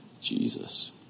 Jesus